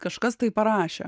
kažkas tai parašė